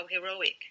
heroic